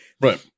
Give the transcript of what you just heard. Right